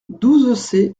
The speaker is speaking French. douze